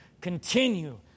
continue